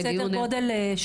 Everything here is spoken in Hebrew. סדר גודל?